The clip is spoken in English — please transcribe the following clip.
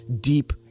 deep